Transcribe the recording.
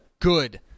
Good